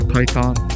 Python